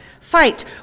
fight